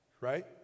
Right